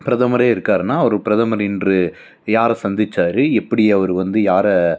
பிரதமரே இருக்காருன்னா அவரு பிரதமர் இன்று யார சந்திச்சார் எப்படி அவரு வந்து யாரை